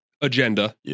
agenda